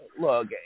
look